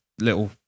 little